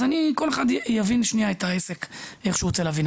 כל אחד יבין את העסק איך שהוא רוצה להבין.